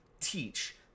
teach